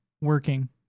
working